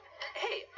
Hey